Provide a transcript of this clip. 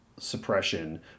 suppression